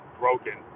broken